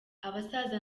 abasaza